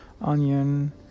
onion